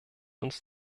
uns